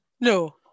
No